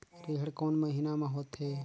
रेहेण कोन महीना म होथे?